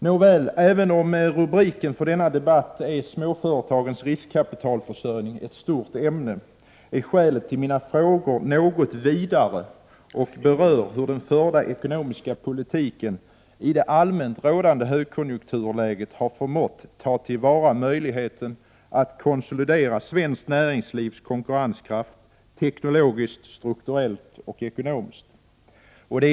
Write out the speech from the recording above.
Nåväl, även om rubriken för denna debatt är Småföretagens riskkapitalförsörjning, ett stort ämne, är skälet till mina frågor något vidare och berör hur den förda ekonomiska politiken i det allmänt rådande högkonjunkturläget har förmått ta till vara möjligheten att konsolidera svenskt näringslivs konkurrenskraft teknologiskt, strukturellt och ekonomiskt.